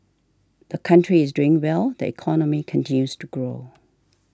the country is doing well the economy continues to grow